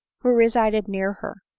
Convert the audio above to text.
who resided near her,